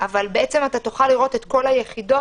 בעצם, אתה תוכל לראות את כל היחידות,